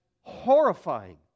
horrifying